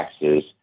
taxes